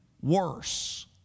worse